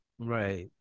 Right